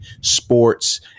sports